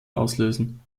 auslösen